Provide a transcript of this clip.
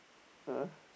!huh!